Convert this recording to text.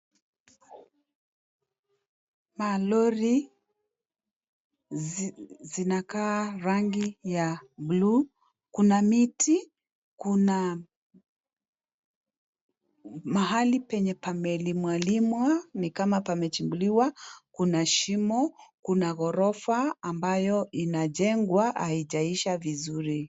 Malori zinakaa rangi ya bluu. Kuna miti, kuna mahali penye pamelimwa limwa, ni kama pamechimbuliwa, kuna shimo, kuna ghorofa ambayo inajengwa haijaisha vizuri.